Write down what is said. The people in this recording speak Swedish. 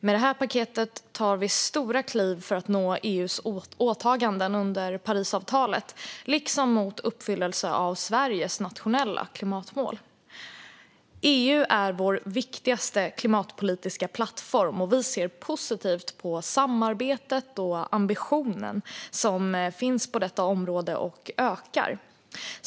Med detta paket tar vi stora kliv mot att nå EU:s åtaganden under Parisavtalet, liksom mot uppfyllelse av Sveriges nationella klimatmål. EU är vår viktigaste klimatpolitiska plattform, och vi ser positivt på att samarbetet och ambitionsnivån på detta område ökar.